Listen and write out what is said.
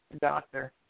doctor